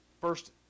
first